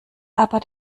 aber